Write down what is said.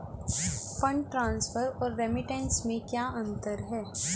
Fund transfer और remittance में क्या अंतर है?